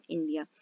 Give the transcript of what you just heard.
India